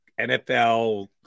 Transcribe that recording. NFL